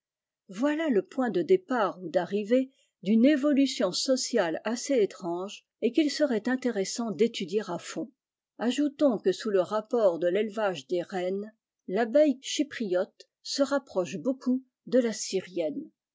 voilà le point de départ ou d'arrivée d'une évolution sociale assez étrange et qu'il serait intéressant d'étudier à fond ajoutons que sous le rapport de l'élevage des reines l'abeille chypriote se rapproche beaucoup de la syrienne